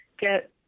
get